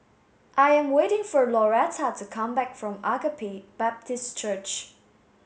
I am waiting for Lauretta to come back from Agape Baptist Church